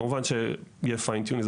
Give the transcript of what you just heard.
כמובן שיהיה פיין טיונינג,